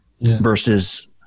Versus